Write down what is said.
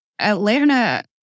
Atlanta